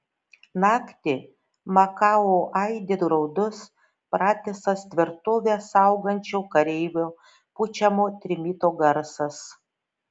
naktį makao aidi graudus pratisas tvirtovę saugančio kareivio pučiamo trimito garsas